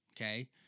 Okay